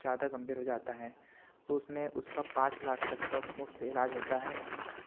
ज्यादा गंभीर हो जाता है तो उसमें उसका पाँच लाख तक का मुफ्त इलाज होता है